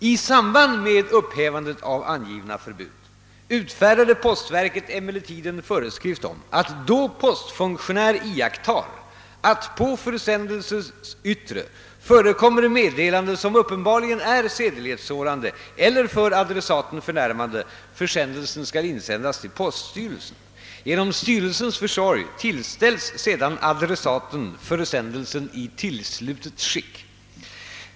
I samband med upphävandet av angivna förbud utfärdade postverket emellertid en föreskrift om att då postfunktionär iakttar att på försändelses yttre förekommer meddelande som uppenbarligen är sedlighetssårande eller för adressaten förnärmande försändelsen skall insändas till poststyrelsen. Genom styrelsens försorg tillställs sedan adressaten försändelsen i tillslutet skick.